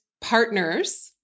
partners